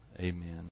amen